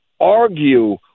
argue